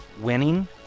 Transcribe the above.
winning